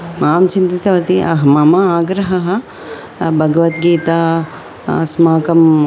मां चिन्तितवती अहं मम आग्रहः भगवद्गीता अस्माकं